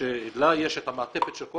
שלה יש את המעטפת של כל